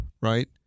right